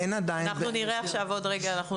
אנחנו נראה עכשיו, אנחנו נראה עוד רגע.